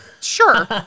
Sure